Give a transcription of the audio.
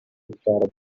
parrots